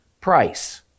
price